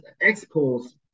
exports